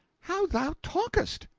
how thou talkest!